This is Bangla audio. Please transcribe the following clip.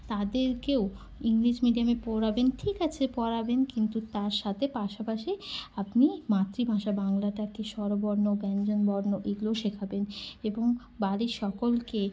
তাদেরকেও ইংলিশ মিডিয়ামে পড়াবেন ঠিক আছে পড়াবেন কিন্তু তার সাথে পাশাপাশি আপনি মাতৃভাষা বাংলাটাকে স্বরবর্ণ ব্যঞ্জনবর্ণ এগুলোও শেখাবেন এবং বাড়ির সকলকে